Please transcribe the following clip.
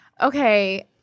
okay